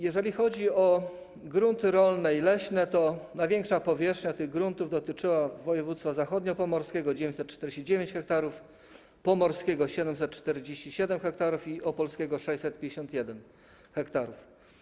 Jeżeli chodzi o grunty rolne i leśne, to największa powierzchnia tych gruntów dotyczyła województwa zachodniopomorskiego - 949 ha, pomorskiego - 747 ha i opolskiego - 651 ha.